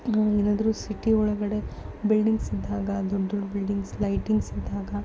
ಏನಾದ್ರೂ ಸಿಟಿ ಒಳಗಡೆ ಬಿಲ್ಡಿಂಗ್ಸ್ ಇದ್ದಾಗ ದೊಡ್ಡ ದೊಡ್ಡ ಬಿಲ್ಡಿಂಗ್ಸ್ ಲೈಟಿಂಗ್ಸ್ ಇದ್ದಾಗ